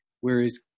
whereas